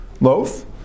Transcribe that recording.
loaf